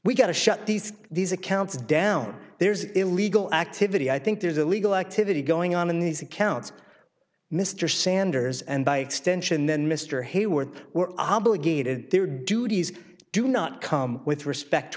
shut these these accounts down there is illegal activity i think there's a legal activity going on in these accounts mr sanders and by extension then mr hayward we're obligated their duties do not come with respect